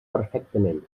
perfectament